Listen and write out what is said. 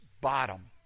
bottom